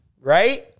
right